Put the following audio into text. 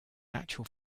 natural